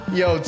yo